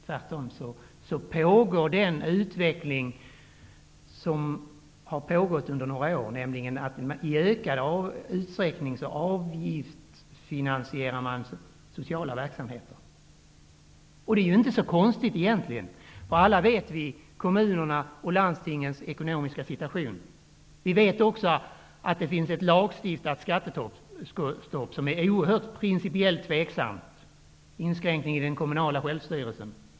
Tvärtom pågår fortfarande den utveckling som har pågått under några år och som innebär att sociala verksamheter i ökad utsträckning avgiftsfinansieras. Det är ju inte så konstigt egentligen -- vi känner ju alla till kommunernas och landstingens ekonomiska situation. Vi vet också att det finns ett lagstiftat skattestopp, som principiellt sett är oerhört tvivelaktigt, i och med att det innebär en inskränkning i den kommunala självstyrelsen.